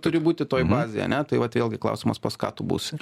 turi būti toj bazėj ane tai vat vėlgi klausimas pas ką tu būsi